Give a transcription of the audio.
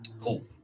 Cool